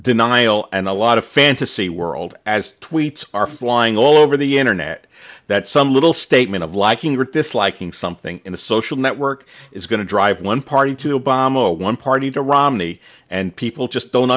denial and a lot of fantasy world as tweets are flying all over the internet that some little statement of liking rich disliking something in the social network is going to drive one party to obama one party to romney and people just don't